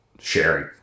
sharing